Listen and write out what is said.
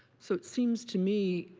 so it seems to me,